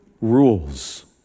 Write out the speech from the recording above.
rules